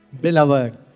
...beloved